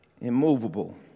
immovable